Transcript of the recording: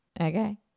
Okay